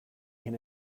can